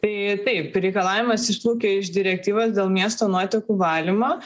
tai taip reikalavimas išplaukia iš direktyvos dėl miesto nuotekų valymo